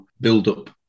build-up